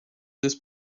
this